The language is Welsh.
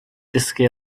dysgu